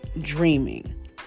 dreaming